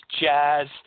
jazz